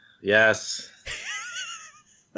Yes